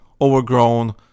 overgrown